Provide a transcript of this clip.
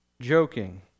joking